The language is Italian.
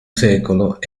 secolo